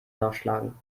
nachschlagen